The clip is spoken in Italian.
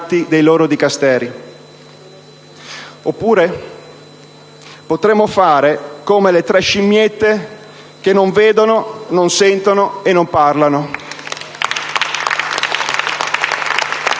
del loro dicasteri», oppure potremmo fare come le tre scimmiette che non vedono, non sentono e non parlano.